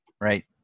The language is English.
Right